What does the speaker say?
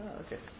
okay